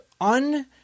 un